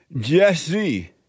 Jesse